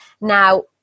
Now